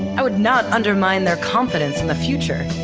i would not undermine their confidence in the future,